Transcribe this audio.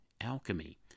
alchemy